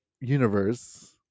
universe